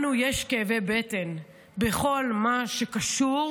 לנו יש כאבי בטן בכל מה שקשור